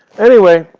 anyway,